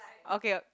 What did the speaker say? okay